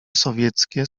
sowieckie